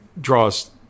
draws